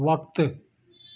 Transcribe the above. वक़्ति